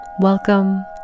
Welcome